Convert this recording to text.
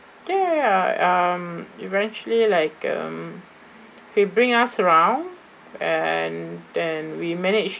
ya ya ya um eventually like um he bring us around and then we managed